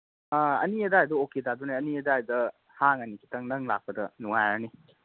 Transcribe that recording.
ꯑꯥ ꯑꯅꯤ ꯑꯗꯥꯏꯗ ꯑꯣꯀꯦ ꯇꯥꯗꯣꯏꯅꯦ ꯑꯅꯤ ꯑꯗꯥꯏꯗ ꯍꯥꯡꯉꯅꯤ ꯈꯤꯇꯪ ꯅꯪ ꯂꯥꯛꯄꯗ ꯅꯨꯡꯉꯥꯏꯔꯅꯤ